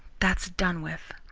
that's done with.